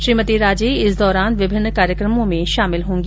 श्रीमती राजे इस दौरान विभिन्न कार्यक्रमों में शामिल होंगी